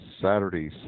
Saturday